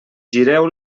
gireu